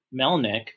Melnick